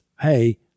hey